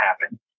happen